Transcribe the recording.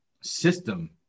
system